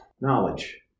knowledge